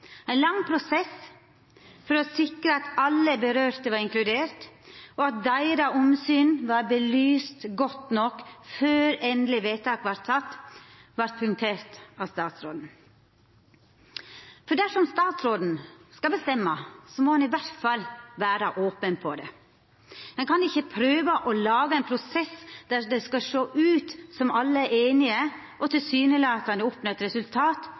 Ein lang prosess for å sikra at alle partar var inkluderte og at deira syn var belyst godt nok før endeleg vedtak vart gjort, vart punktert av statsråden. Dersom statsråden skal bestemma, må han i alle fall vera open om det. Ein kan ikkje laga ein prosess der det skal sjå ut som om alle er einige, og tilsynelatande oppnå eit resultat som er det